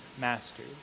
masters